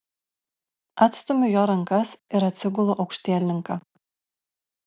atstumiu jo rankas ir atsigulu aukštielninka